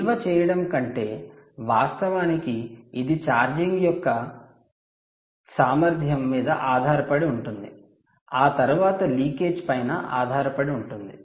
నిల్వ చేయడం కంటే వాస్తవానికి ఇది ఛార్జింగ్ యొక్క సామర్థ్యం మీద ఆధారపడి ఉంటుంది ఆ తరువాత లీకేజ్ పైన ఆధారపడి ఉంటుంది